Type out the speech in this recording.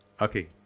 Okay